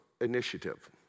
initiative